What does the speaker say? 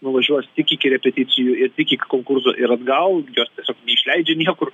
nuvažiuos tik iki repeticijų ir tik iki konkurso ir atgal jos tiesiog neišleidžia niekur